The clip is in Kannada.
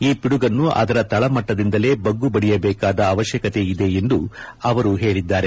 ಈ ಪಡುಗನ್ನು ಅದರ ತಳಮಟ್ಸದಿಂದಲೇ ಬಗ್ಗುಬಡಿಯಬೇಕಾದ ಅವಶ್ಯಕತೆ ಇದೆ ಎಂದು ಅವರು ಹೇಳಿದ್ದಾರೆ